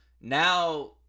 Now